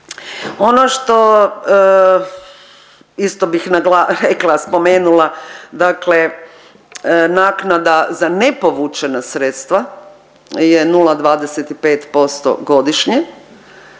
Ono što isto bih nagla… rekla, spomenula, dakle naknada za ne povućena sredstva je 0,25% godišnje.